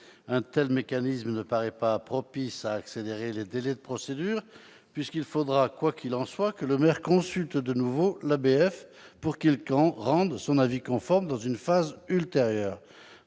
Un tel mécanisme ne paraît pas propice à accélérer les délais de procédure : quoi qu'il en soit, il faudra que le maire consulte de nouveau l'ABF, pour qu'il rende son avis conforme lors d'une phase ultérieure.